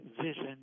vision